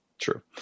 True